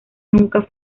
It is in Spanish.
nunca